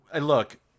look